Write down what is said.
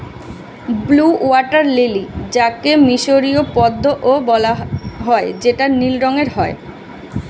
blue water lily যাকে মিসরীয় পদ্মও বলা হয় যেটা নীল রঙের হয়